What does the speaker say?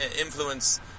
influence